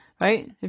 Right